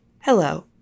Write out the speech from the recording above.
Hello